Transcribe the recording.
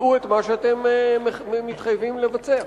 תבצעו את מה שאתם מתחייבים לבצע.